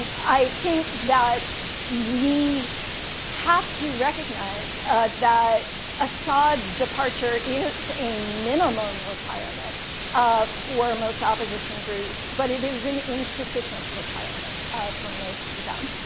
and i think that we have to recognize that assads departure is a minimum requirement um for most opposition groups, but it is an insufficient requirement for most of them.